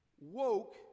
woke